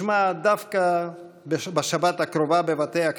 מאז שאברהם אבינו שמע את הקריאה שנשמע דווקא בשבת הקרובה בבתי הכנסת: